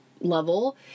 level